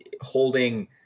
holding